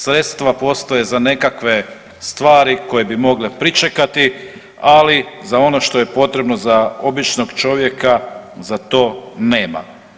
Sredstva postoje za nekakve stvari koje bi mogle pričekati, ali za ono što je potrebno za običnog čovjeka za to nema.